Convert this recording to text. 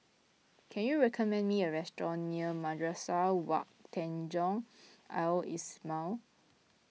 can you recommend me a restaurant near Madrasah Wak Tanjong Al Islamiah